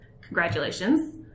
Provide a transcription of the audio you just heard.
Congratulations